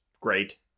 great